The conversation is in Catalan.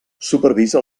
supervisa